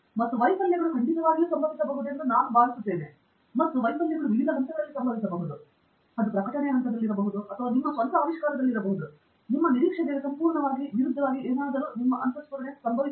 ಮತ್ತು ವೈಫಲ್ಯಗಳು ಖಂಡಿತವಾಗಿಯೂ ಸಂಭವಿಸಬಹುದೆಂದು ನಾನು ಭಾವಿಸುತ್ತೇನೆ ಮತ್ತು ಅವರು ವಿವಿಧ ಹಂತಗಳಲ್ಲಿ ಸಂಭವಿಸಬಹುದು ಆಂಡ್ರ್ಯೂ ಹೇಳಿದಂತೆ ಅದು ಪ್ರಕಟಣೆಯ ಹಂತದಲ್ಲಿರಬಹುದು ಅಥವಾ ಅಬಿಜತ್ ಹೇಳಿದಂತೆ ನಿಮ್ಮ ಸ್ವಂತ ಆವಿಷ್ಕಾರದಲ್ಲಿರಬಹುದು ನಿಮ್ಮ ನಿರೀಕ್ಷೆಗೆ ಸಂಪೂರ್ಣವಾಗಿ ವಿರುದ್ಧವಾಗಿ ಏನಾದರೂ ನಿಮ್ಮ ಅಂತಃಸ್ಫುರಣೆ ಸಂಭವಿಸಬಹುದು